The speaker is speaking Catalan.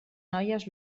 noies